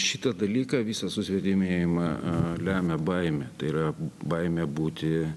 šitą dalyką visą susvetimėjimą lemia baimė tai yra baimė būti